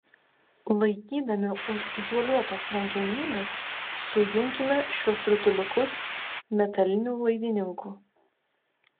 laikydami už izoliuotos rankenėlės sujunkime šiuos rutuliukus metaliniu laidininku